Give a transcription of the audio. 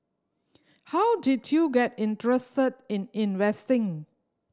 how did you get interested in investing